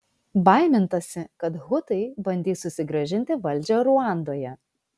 baimintasi kad hutai bandys susigrąžinti valdžią ruandoje